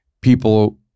people